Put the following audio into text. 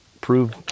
prove